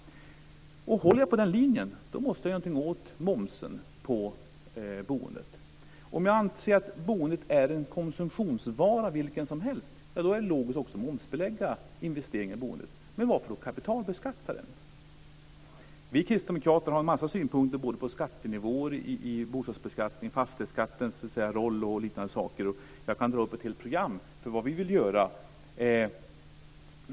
Om man håller på den linjen måste man göra något åt momsen på boendet. Om man anser att boendet är en konsumtionsvara vilken som helst är det logiskt att momsbelägga investeringar i boendet. Men varför då kapitalbeskatta dem? Vi kristdemokrater har en mängd synpunkter på skattenivåer i bostadsbeskattningen, fastighetsskattens roll osv. Jag kan dra upp ett helt program för vad vi vill göra.